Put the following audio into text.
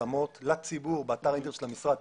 מפורסמות לציבור באתר האינטרנט של המשרד.